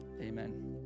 Amen